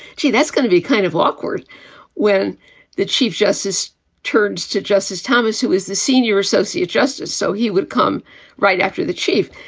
gee, that's going to be kind of awkward when the chief justice turns to justice thomas, who is the senior associate justice. so he would come right after the chief.